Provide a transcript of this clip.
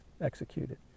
executed